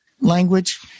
language